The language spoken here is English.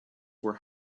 were